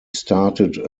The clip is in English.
started